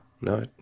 no